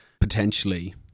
potentially